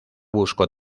buscó